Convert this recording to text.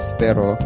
pero